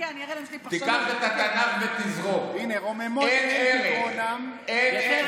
אנחנו רוצים להפיל לך את,